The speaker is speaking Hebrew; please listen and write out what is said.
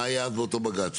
מה היה אז באותו בג"ץ?